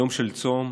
והוא יום של צום,